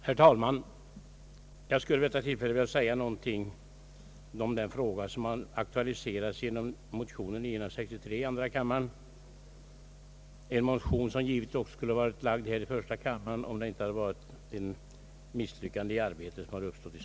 Herr talman! Jag skulle vid detta tillfälle vilja säga några ord i den fråga som har aktualiserats genom motionen II: 963, en motion som givetvis också skulle ha väckts i första kammaren om inte ett misslyckande i arbetet hade förekommit.